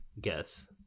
guess